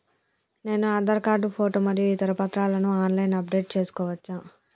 నేను Aadhaar card photo మరియు ఇతర పత్రాలను ఆన్ లైన్ అప్ డెట్ చేసుకోవచ్చా?